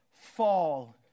fall